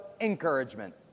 encouragement